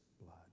blood